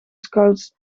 scouts